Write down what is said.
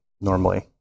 normally